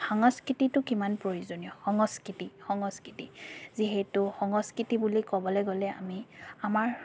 সাংস্কৃতিটো কিমান প্ৰয়োজনীয় সংস্কৃতি সংস্কৃতি যিহেতু সংস্কৃতি বুলি ক'বলৈ গ'লে আমি আমাৰ